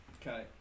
Okay